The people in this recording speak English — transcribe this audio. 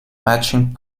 matching